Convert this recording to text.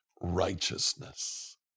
righteousness